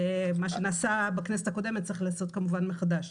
כי מה שנעשה בכנסת הקודמת צריך להיעשות מחדש.